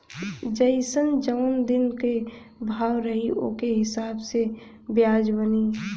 जइसन जौन दिन क भाव रही ओके हिसाब से बियाज बनी